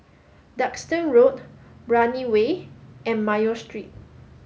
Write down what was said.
Duxton Road Brani Way and Mayo Street